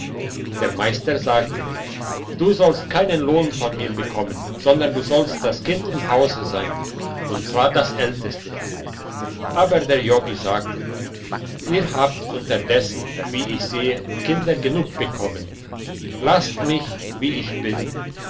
der meister sagte du sollst keinen lohn von mir bekommen sondern du sollst das kind im hause sein und zwar das älteste aber der jobbi sagte ihr habt unterdessen wie ich sehe kinder genug bekommen lasst mich wie ich bin